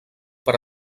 per